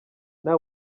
nta